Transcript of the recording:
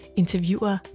interviewer